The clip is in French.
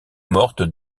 morte